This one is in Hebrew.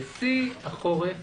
בשיא החורף